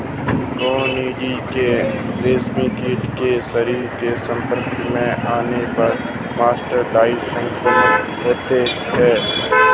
conidia के रेशमकीट के शरीर के संपर्क में आने पर मस्करडाइन संक्रमण होता है